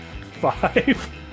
Five